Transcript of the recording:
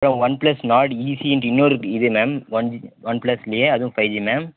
அப்புறம் OnePlus Nord ஈசிண்ட்டு இன்னொரு இது மேம் இருக்கு ஒன் ஒன் ப்ளெஸ்லியே அதுவும் ஃபைவ் ஜி மேம்